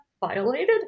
violated